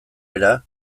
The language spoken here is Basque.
era